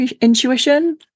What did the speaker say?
intuition